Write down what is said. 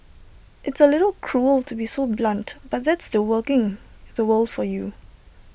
it's A little cruel to be so blunt but that's the working the world for you